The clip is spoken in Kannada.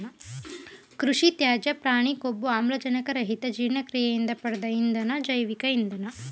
ಕೃಷಿತ್ಯಾಜ್ಯ ಪ್ರಾಣಿಕೊಬ್ಬು ಆಮ್ಲಜನಕರಹಿತಜೀರ್ಣಕ್ರಿಯೆಯಿಂದ ಪಡ್ದ ಇಂಧನ ಜೈವಿಕ ಇಂಧನ